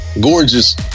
Gorgeous